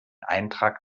eintrag